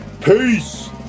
Peace